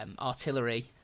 artillery